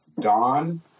Don